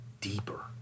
deeper